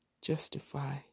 justify